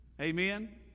Amen